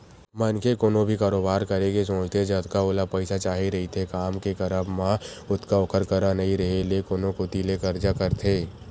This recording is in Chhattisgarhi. मनखे कोनो भी कारोबार करे के सोचथे जतका ओला पइसा चाही रहिथे काम के करब म ओतका ओखर करा नइ रेहे ले कोनो कोती ले करजा करथे